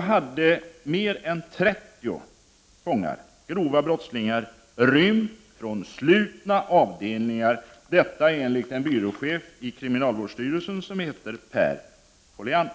hade mer än 30 fångar, grova brottslingar, rymt från slutna avdelningar enligt en byråchef i kriminalvårdsstyrelsen vid namn Per Colliander.